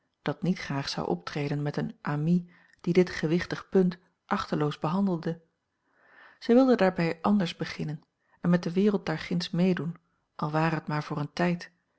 dat niet graag zou optreden met eene amie die dit gewichtig punt achteloos behandelde zij wilde daarbij anders beginnen en met de wereld daar ginds meedoen al ware het maar voor een tijd